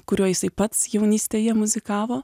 kuriuo jisai pats jaunystėje muzikavo